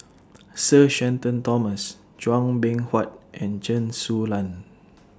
Sir Shenton Thomas Chua Beng Huat and Chen Su Lan